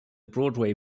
broadway